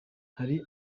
hari